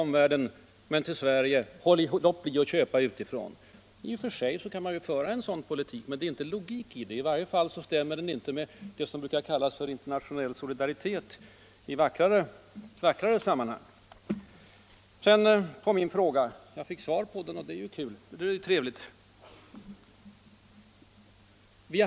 Men till Sverige säger man: Låt bli att köpa utifrån! I och för sig kan man föra en sådan politik, men det är inte logik i den. I varje fall stämmer den inte med vad som i vackrare sammanhang brukar kallas internationell solidaritet. Jag fick svar på min fråga om skatterna och det är ju trevligt.